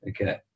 Okay